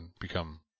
become